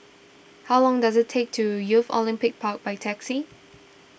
how long does it take to Youth Olympic Park by taxi